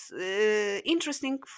interesting